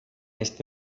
este